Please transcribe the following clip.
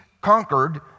conquered